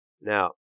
Now